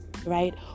right